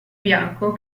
bianco